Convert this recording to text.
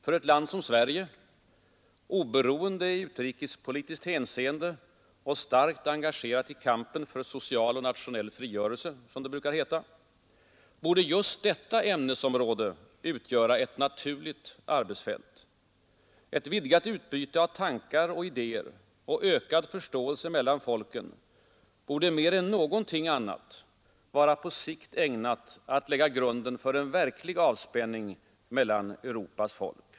För ett land som Sverige — oberoende i utrikespolitiskt hänseende och starkt engagerat i kampen för social och nationell frigörelse, som det brukar heta — borde just detta ämnesområde utgöra ett naturligt arbetsfält. Ett vidgat utbyte av tankar och idéer och ökad förståelse mellan folken borde mer än någonting annat vara på sikt ägnat att lägga grunden för en verklig avspänning mellan Europas folk.